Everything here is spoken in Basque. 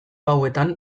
hauetan